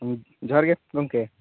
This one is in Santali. ᱡᱚᱦᱟᱨ ᱜᱮ ᱜᱚᱢᱠᱮ